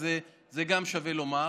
אז גם את זה שווה לומר.